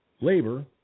labor